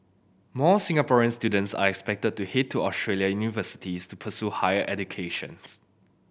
more Singaporean students are expected to head to Australian universities to pursue higher educations